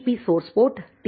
B source port tea